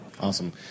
Awesome